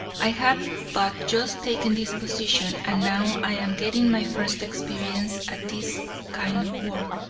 i have but just taken this position, and now i am getting my first experience at this kind of work,